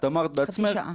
את אמרת בעצמך --- חצי שעה.